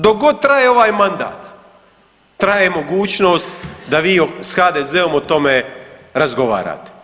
Dok god traje ovaj mandat, traje mogućnost da vi s HDZ-om o tome razgovarate.